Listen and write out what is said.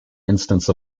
instance